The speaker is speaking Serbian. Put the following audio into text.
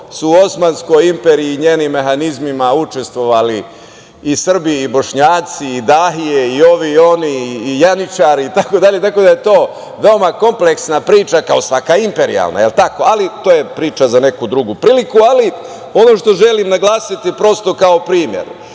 su u Osmanskoj imperiji i njenim mehanizmima učestovovali i Srbi, i Bošnjaci, i dahije, i ovi, i oni, i janjičari, tako da je to veoma kompleksna priča kao svaka imperijalna priča, ali to je priča za neku drugu priliku. Ono što želim naglasiti prosto kao primer,